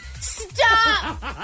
Stop